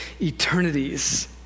eternities